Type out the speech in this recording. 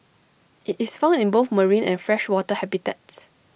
IT is found in both marine and freshwater habitats